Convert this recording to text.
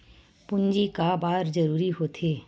पूंजी का बार जरूरी हो थे?